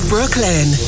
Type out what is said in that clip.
Brooklyn